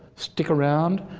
stick around.